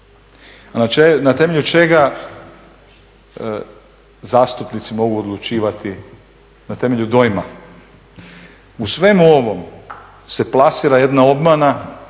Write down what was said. Na temelju čega zastupnici mogu odlučivati? Na temelju dojma. U svemu ovom se plasira jedna obmana,